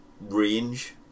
range